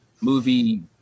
movie